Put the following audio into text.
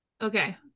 Okay